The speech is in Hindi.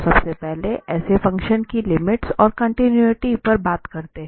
तो सबसे पहले ऐसे फ़ंक्शन की लिमिट्स और कॉन्टिनुइटी पर बात करते हैं